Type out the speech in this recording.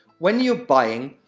when you're buying,